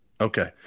Okay